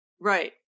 Right